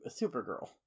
Supergirl